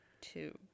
two